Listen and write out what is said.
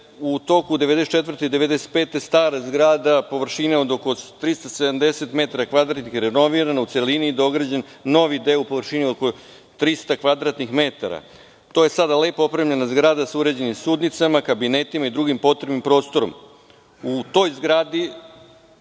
u toku 1994. i 1995. godine, stara zgrada površine od oko 370 metara kvadratnih renovirana i dograđen novi deo u površini od oko 300 kvadratnih metara. To je sada lepo opremljena zgrada sa uređenim sudnicama, kabinetima i drugim potrebnim prostorom.U toj zgradi